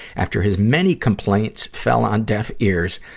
after his many complaints fell on deaf ears,